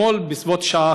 אתמול בסביבות השעה